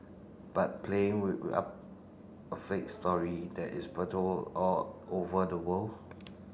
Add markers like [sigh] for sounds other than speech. but playing [unintelligible] we up a fake story that is [unintelligible] all over the world